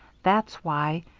that's why.